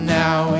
now